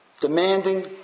demanding